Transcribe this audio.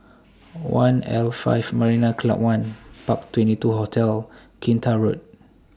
one' L five Marina Club one Park twenty two Hotel Kinta Road